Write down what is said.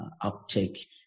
uptake